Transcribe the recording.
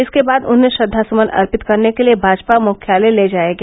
इसके बाद उन्हें श्रद्वासुमन अर्पित करने के लिए भाजपा मुख्यालय ले जाया गया